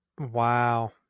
Wow